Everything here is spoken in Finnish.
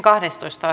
asia